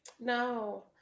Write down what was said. No